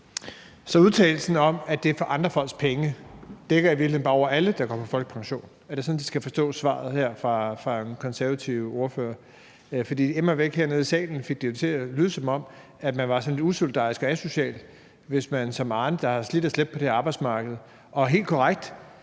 (S): Så udtalelsen om, at det er for andre folks penge, dækker i virkeligheden bare over alle, der går på folkepension. Er det sådan, svaret her fra den konservative ordfører skal forstås? For hernede i salen lød det immer væk, som om man var sådan lidt usolidarisk og asocial, hvis man gør som Arne, der har slidt og slæbt på det her arbejdsmarked, og helt korrekt